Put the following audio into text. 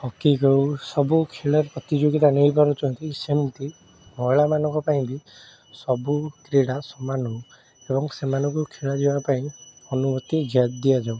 hockey ହେଉ ସବୁ ଖେଳ ପ୍ରତିଯୋଗିତା ନେଇପାରୁଛନ୍ତି ସେମିତି ମହିଳାମାନଙ୍କ ପାଇଁ ବି ସବୁ କ୍ରୀଡ଼ା ସମାନ ହେଉ ଏବଂ ସେମାନଙ୍କୁ ଖେଳାଯିବା ପାଇଁ ଅନୁମତି ଯା ଦିଆଯାଉ